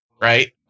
Right